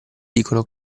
dicono